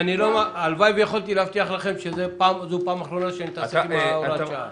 הלוואי ויכולתי להבטיח לכם שזאת פעם אחרונה שאני מתעסק עם הוראת השעה.